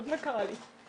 הישיבה ננעלה בשעה